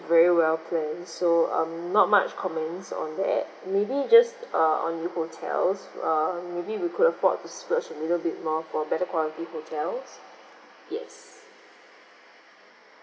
very well planned so um not much comments on that maybe just uh on the hotels err maybe we could afford to splurge a little bit more for better quality hotels yes